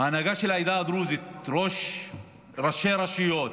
ההנהגה של העדה הדרוזית, ראש ראשי רשויות,